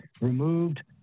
removed